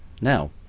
Now